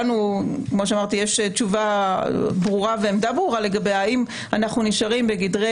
לנו יש תשובה ועמדה ברורה לגבי האם אנחנו נשארים בגדרי